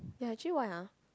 ya actually why ah